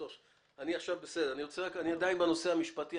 אני עדיין בנושא המשפטי.